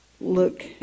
look